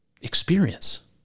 experience